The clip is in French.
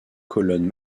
colonnes